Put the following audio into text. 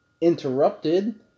interrupted